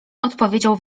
odpowiedział